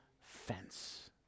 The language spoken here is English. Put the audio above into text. fence